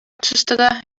otsustada